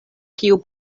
kiu